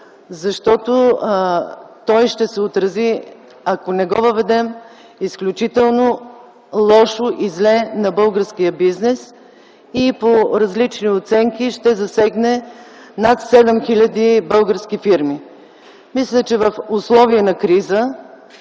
той ще се отрази изключително лошо и зле на българския бизнес и по различни оценки ще засегне над 7000 български фирми. Мисля, че в условия на криза